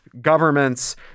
governments